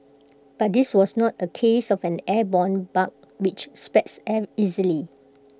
but this was not A case of an airborne bug which spreads air easily